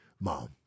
Mom